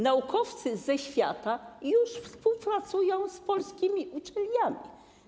Naukowcy ze świata już współpracują z polskimi uczelniami.